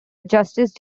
justice